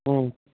ఆ